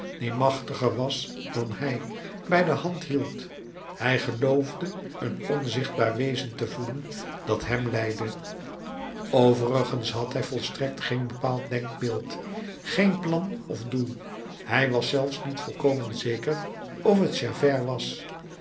die machtiger was dan hij bij de hand hield hij geloofde een onzichtbaar wezen te voelen dat hem leidde overigens had hij volstrekt geen bepaald denkbeeld geen plan of doel hij was zelfs niet volkomen zeker of het javert was